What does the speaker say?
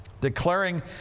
declaring